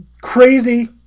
crazy